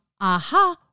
aha